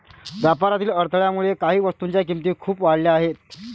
व्यापारातील अडथळ्यामुळे काही वस्तूंच्या किमती खूप वाढल्या आहेत